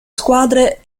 squadre